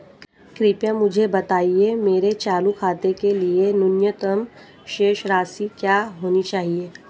कृपया मुझे बताएं मेरे चालू खाते के लिए न्यूनतम शेष राशि क्या होनी चाहिए?